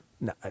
No